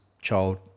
child